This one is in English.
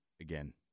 again